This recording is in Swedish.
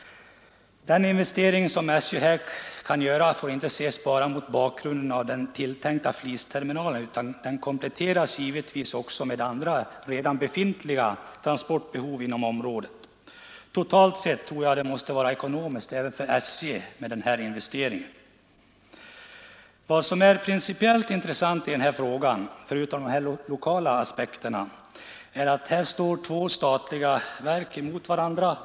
SJ:s investering får inte ses bara mot bakgrund av den tilltänkta flisterminalen utan också mot andra redan befintliga transportbehov inom området. Totalt sett tror jag att denna investering måste vara ekonomiskt riktig även för SJ. Vad som är principiellt intressant i denna fråga — förutom den lokala aspekten — är att här står två statliga verk mot varandra.